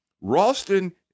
ralston